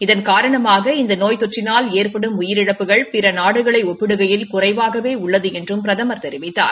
இதன் காரணமாக இந்தநோய் தொற்றினால் ஏற்படும் உயிரிழப்புகள் பிற நாடுகளை ஒப்பிடுகையில் குறைவாகவே உள்ளது என்றும் பிரதமர் தெரிவித்தார்